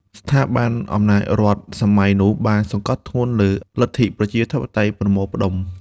ស្ថាប័នអំណាចរដ្ឋសម័យនោះបានសង្កត់ធ្ងន់លើ "លទ្ធិប្រជាធិបតេយ្យប្រមូលផ្តុំ"។